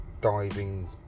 diving